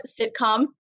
sitcom